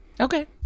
Okay